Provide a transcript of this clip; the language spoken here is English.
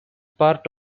part